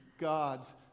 God's